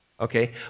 Okay